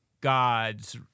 gods